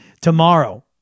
tomorrow